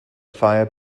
fire